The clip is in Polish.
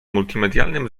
multimedialnym